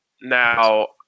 Now